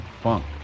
funk